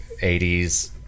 80s